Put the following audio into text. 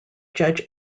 judge